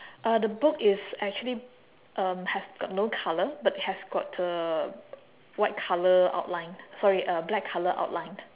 uh the book is actually um has got no colour but has got a white colour outline sorry a black colour outline